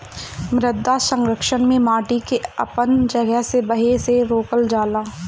मृदा संरक्षण में माटी के अपन जगह से बहे से रोकल जाला